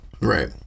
right